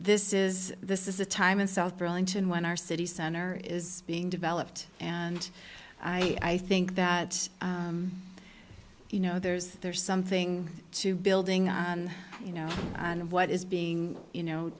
this is this is a time in south burlington when our city center is being developed and i think that you know there's there's something to building up you know and what is being you know